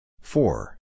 Four